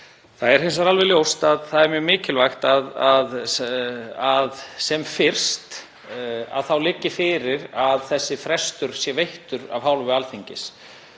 Það er hins vegar alveg ljóst að það er mjög mikilvægt að sem fyrst liggi fyrir að þessi frestur sé veittur af hálfu Alþingis.